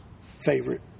favorite